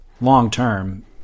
long-term